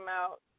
out